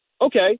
Okay